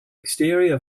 exterior